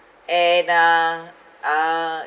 and uh uh